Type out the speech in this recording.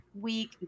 week